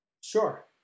Sure